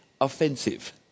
offensive